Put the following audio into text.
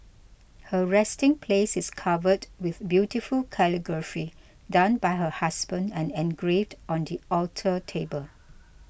her resting place is covered with beautiful calligraphy done by her husband and engraved on the alter table